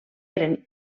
eren